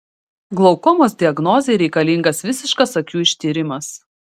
glaukomos diagnozei reikalingas visiškas akių ištyrimas